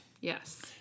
Yes